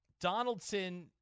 Donaldson